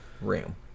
room